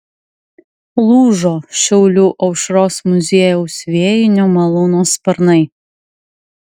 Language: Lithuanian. lūžo šiaulių aušros muziejaus vėjinio malūno sparnai